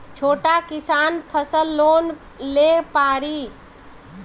छोटा किसान फसल लोन ले पारी?